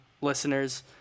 listeners